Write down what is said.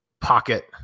pocket